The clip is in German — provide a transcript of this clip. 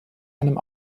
einem